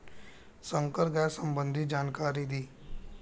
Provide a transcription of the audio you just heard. संकर गाय संबंधी जानकारी दी?